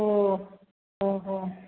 ओ ओहो